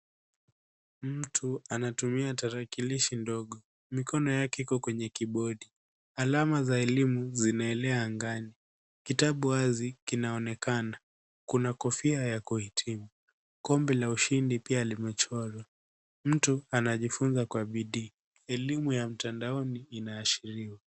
Mtu anatumia tarakilishi ndogo. Mikono yake iko kwenye kibodi. Alama za elimu zinaelea angani. Kitabu wazi kinaonekana. Kuna kofia ya kuhitimu. Kombe la ushindi pia limechorwa. Mtu anajifunza kwa bidii. Elimu ya mtandaoni inaashiriwa.